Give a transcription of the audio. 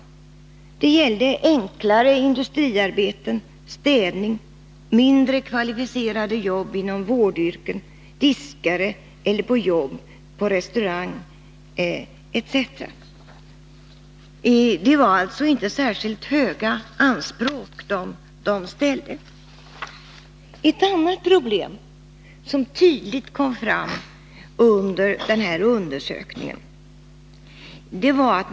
Vad man krävde var enklare industriarbeten, städjobb, mindre kvalificerade arbeten i vårdyrken, jobb som diskare eller liknande på restuarang, etc. Ungdomarna hade alltså inte särskilt höga anspråk. Ett annat problem som tydligt kom fram i undersökningen gällde frågan om diskriminering.